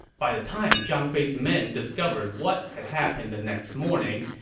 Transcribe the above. by the time zhang fei's men discovered what had happened the next morning,